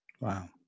Wow